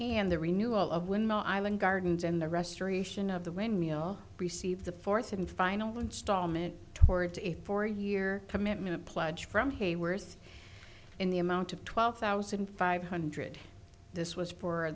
and the renewal of windmill island gardens and the restoration of the windmill receive the fourth and final installment towards a four year commitment pledge from hayworth in the amount of twelve thousand five hundred this was